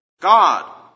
God